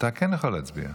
אתה כן יכול להצביע.